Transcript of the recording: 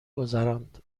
گذراند